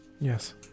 Yes